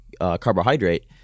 carbohydrate